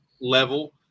level